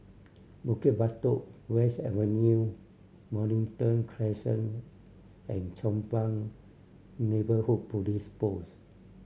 Bukit Batok West Avenue Mornington Crescent and Chong Pang Neighbourhood Police Post